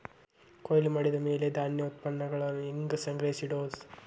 ಕೊಯ್ಲು ಮಾಡಿದ ಮ್ಯಾಲೆ ಧಾನ್ಯದ ಉತ್ಪನ್ನಗಳನ್ನ ಹ್ಯಾಂಗ್ ಸಂಗ್ರಹಿಸಿಡೋದು?